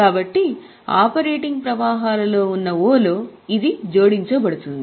కాబట్టి ఆపరేటింగ్ ప్రవాహాలలో ఉన్న O లో ఇది జోడించబడుతుంది